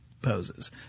poses